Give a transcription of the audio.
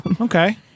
Okay